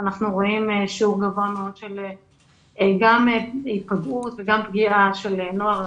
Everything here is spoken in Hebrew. אנחנו רואים שיעור גבוה מאוד גם של היפגעות וגם פגיעה של נוער ערבי,